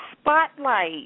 Spotlight